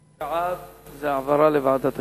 בעד, זה העברה לוועדת הכספים.